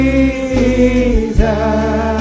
Jesus